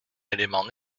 élément